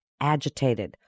agitated